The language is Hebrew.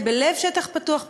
היא בלב שטח פתוח,